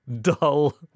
dull